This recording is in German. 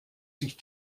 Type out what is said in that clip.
sich